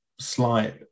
Slight